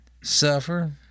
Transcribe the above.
suffer